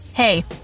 Hey